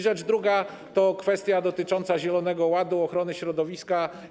Rzecz druga to kwestia dotycząca zielonego ładu, ochrony środowiska.